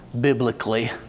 biblically